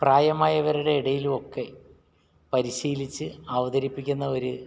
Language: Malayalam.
പ്രായമായവരുടെ ഇടയിലുമൊക്കെ പരിശീലിച്ച് അവതരിപ്പിക്കുന്ന ഒരു